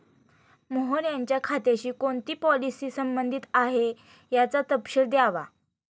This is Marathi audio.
मोहन यांच्या खात्याशी कोणती पॉलिसी संबंधित आहे, याचा तपशील द्यावा